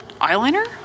eyeliner